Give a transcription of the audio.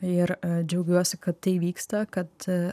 ir džiaugiuosi kad tai vyksta kad